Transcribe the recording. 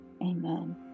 Amen